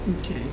Okay